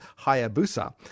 Hayabusa